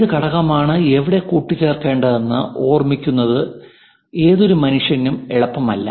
ഏത് ഘടകമാണ് എവിടെ കൂട്ടിച്ചേർക്കേണ്ടതെന്ന് ഓർമിക്കുന്നത് ഏതൊരു മനുഷ്യനും എളുപ്പമല്ല